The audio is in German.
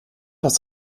aus